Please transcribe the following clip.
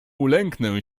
ulęknę